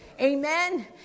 Amen